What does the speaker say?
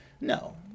no